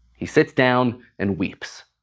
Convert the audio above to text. he sits down and weeps.